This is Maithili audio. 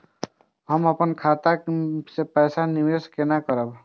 हम अपन खाता से पैसा निवेश केना करब?